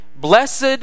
Blessed